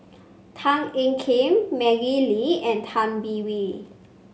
Tan Ean Kiam Maggie Lim and Tay Bin Wee